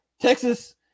Texas